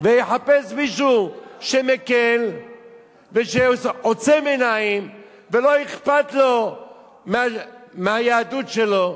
ויחפש מישהו שמקל ושעוצם עיניים ולא אכפת לו מהיהדות שלו.